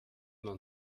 man